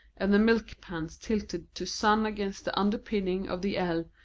and the milk-pans tilted to sun against the underpinning of the l,